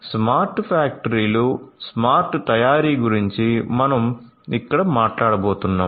smart ఫ్యాక్టరీలు smart తయారీ గురించి మనం ఇక్కడ మాట్లాడబోతున్నాం